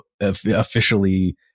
officially